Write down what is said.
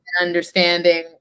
understanding